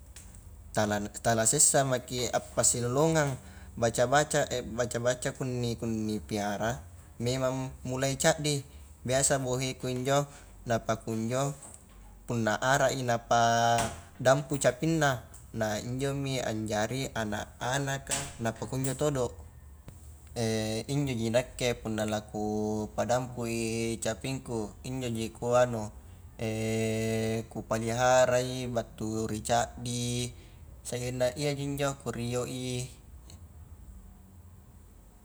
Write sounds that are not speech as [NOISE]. Tala na, tala sessa maki appasilalongang baca-baca [HESITATION] baca-baca kunni-kunni piara memang mulai caddi, biasa boheku injo napakunjo punna ara i na pa dampu capinna na injomi anjari anak-anaka napakunjo todo [HESITATION] injoji nakke punna la kupadampu i capingku, injoji kuanu [HESITATION] kupaliharai battu ri caddi, sagenna iyaji injo kurio i.